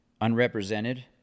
unrepresented